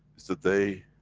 is the day,